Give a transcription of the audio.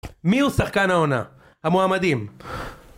מי הוא שחקן העונה? המועמדים.